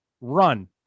run